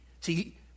See